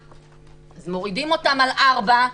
אז מורידים אותם על ארבע,